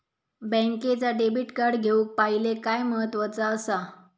बँकेचा debit card घेउक पाहिले काय महत्वाचा असा?